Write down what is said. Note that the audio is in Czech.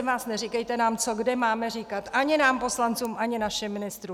Prosím vás, neříkejte nám, co kde máme říkat, ani nám poslancům, ani našim ministrům.